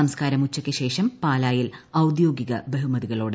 സംസ്കാരം ഉച്ചയ്ക്ക് ശേഷം പാലായിൽ ഔദ്യോഗിക ബഹുമതികളോടെ